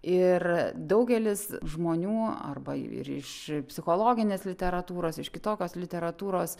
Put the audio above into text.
ir daugelis žmonių arba ir iš psichologinės literatūros iš kitokios literatūros